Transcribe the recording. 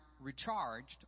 recharged